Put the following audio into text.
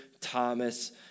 Thomas